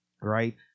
right